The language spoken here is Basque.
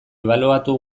ebaluatu